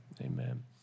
amen